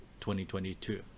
2022